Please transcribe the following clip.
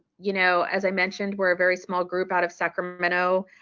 you know as i mentioned we're a very small group out of sacramento,